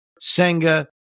Senga